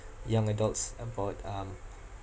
young adults about um